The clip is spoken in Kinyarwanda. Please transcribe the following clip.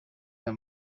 aya